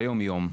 ביום-יום?